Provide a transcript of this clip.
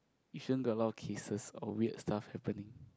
Yishun got a lot of cases of weird stuff happening